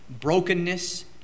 brokenness